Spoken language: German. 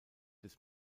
des